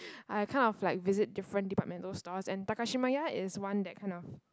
I kind of like visit different departmental stores and Takashimaya is one that kind of